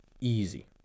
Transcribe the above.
easy